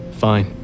Fine